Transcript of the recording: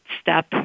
step